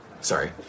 sorry